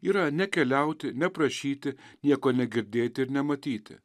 yra nekeliauti neprašyti nieko negirdėti ir nematyti